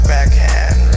Backhand